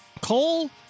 Cole